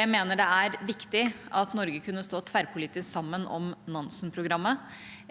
jeg mener det er viktig at vi i Norge kunne stå tverrpolitisk sammen om Nansen-programmet,